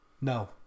No